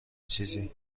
چیزی